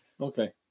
okay